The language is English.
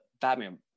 Batman